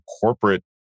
corporate